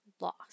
lost